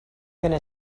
gonna